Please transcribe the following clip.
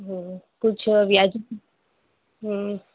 हम्म कुझु व्याजबी हम्म